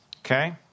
Okay